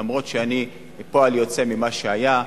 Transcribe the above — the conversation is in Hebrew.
אף שאני פועל יוצא ממה שהיה ב-1977,